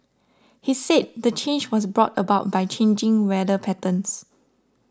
he said the change was brought about by changing weather patterns